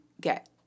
get